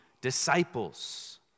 disciples